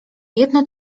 jedno